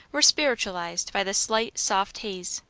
were spiritualized by the slight soft haze.